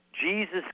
Jesus